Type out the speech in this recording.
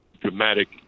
dramatic